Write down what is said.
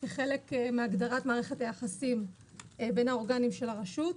כחלק מהגדרת מערכת היחסים בין האורגנים של הרשות.